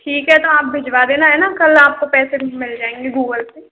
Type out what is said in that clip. ठीक हैं तो आप भिजवा देना हैं ना कल आपको पैसे भी मिल जायेंगे गूगल पे